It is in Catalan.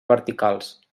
verticals